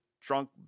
drunk